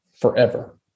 forever